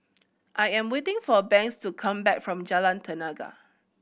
I am waiting for Banks to come back from Jalan Tenaga